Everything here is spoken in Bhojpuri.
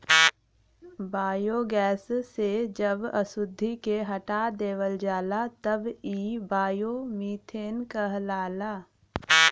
बायोगैस से जब अशुद्धि के हटा देवल जाला तब इ बायोमीथेन कहलाला